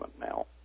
now